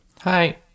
Hi